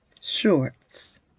shorts